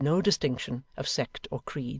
and knew no distinction of sect or creed.